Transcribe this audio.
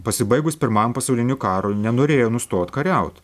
pasibaigus pirmajam pasauliniui karui nenorėjo nustot kariaut